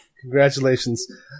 Congratulations